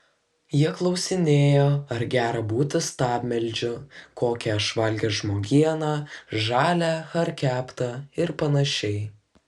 jie klausinėjo ar gera būti stabmeldžiu kokią aš valgęs žmogieną žalią ar keptą ir panašiai